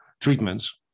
treatments